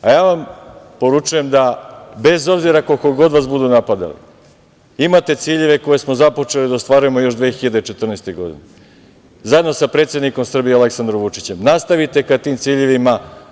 Ja vam poručujem da, bez obzira, koliko god vas budu napadali, imate ciljeve koje smo započeli da ostvarujemo još 2014. godine, zajedno sa predsednikom Srbije Aleksandrom Vučićem nastavite ka tim ciljevima.